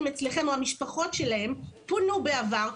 אצלכם או המשפחות שלהם פונו בעבר,